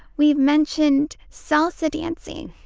we've mentioned salsa dancing.